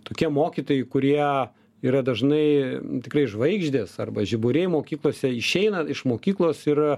tokie mokytojai kurie yra dažnai tikrai žvaigždės arba žiburiai mokyklose išeina iš mokyklos ir